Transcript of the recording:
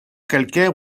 calcaire